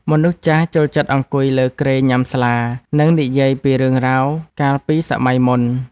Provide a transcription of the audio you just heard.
មនុស្សចាស់ចូលចិត្តអង្គុយលើគ្រែញ៉ាំស្លា និងនិយាយពីរឿងរ៉ាវកាលពីសម័យមុន។